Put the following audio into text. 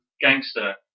gangster